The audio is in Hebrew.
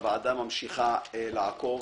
הוועדה ממשיכה לעקוב.